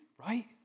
right